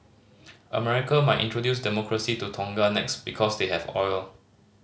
America might introduce Democracy to Tonga next because they have oil